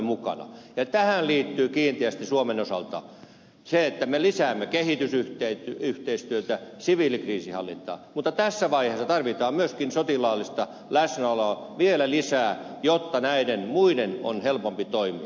ja tähän liittyy kiinteästi suomen osalta se että me lisäämme kehitysyhteistyötä siviilikriisinhallintaa mutta tässä vaiheessa tarvitaan myöskin sotilaallista läsnäoloa vielä lisää jotta näiden muiden on helpompi toimia